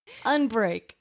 Unbreak